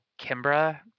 Kimbra